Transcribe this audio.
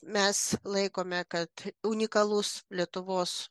mes laikome kad unikalus lietuvos